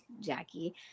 Jackie